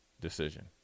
decision